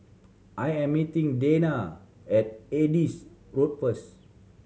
I am meeting Dana at Adis Road first